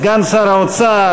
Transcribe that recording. סגן שר האוצר,